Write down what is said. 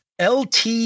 LT